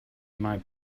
might